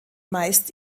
meist